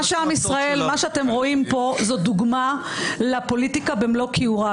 מה שאתם רואים פה זאת דוגמה לפוליטיקה במלוא כיעורה.